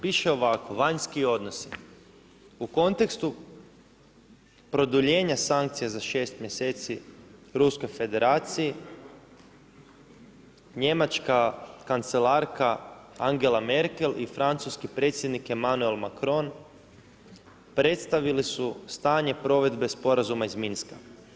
Piše ovako vanjski odnosi, u kontekstu produljenja sankcije za 6 mjeseci, Ruskoj federaciji, njemačka kancelarka Angela Merkel i francuski predsjednik Emmanuel Macron, predstavili su stanje provedbe sporazuma iz Minska.